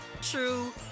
true